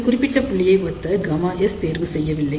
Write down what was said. இந்த குறிப்பிட்ட புள்ளியை ஒத்த ΓS தேர்வு செய்யவில்லை